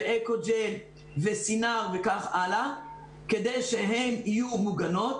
אלכוג'ל וסינר וכך הלאה כדי שהם יהיו מוגנות.